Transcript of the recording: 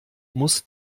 muss